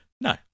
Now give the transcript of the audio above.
No